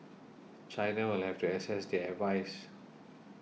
China will have to assess their advice